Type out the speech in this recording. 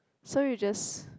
so you just